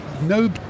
No